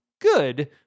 good